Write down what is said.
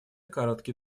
короткий